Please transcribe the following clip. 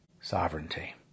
sovereignty